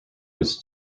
was